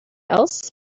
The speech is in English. else